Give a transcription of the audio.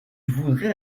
voudrais